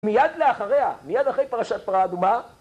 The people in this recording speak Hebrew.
מיד לאחריה, מיד אחרי פרשת פרה אדומה...